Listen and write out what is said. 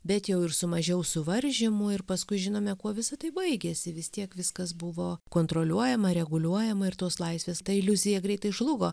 bet jau ir su mažiau suvaržymų ir paskui žinome kuo visa tai baigėsi vis tiek viskas buvo kontroliuojama reguliuojama ir tos laisvės ta iliuzija greitai žlugo